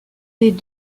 des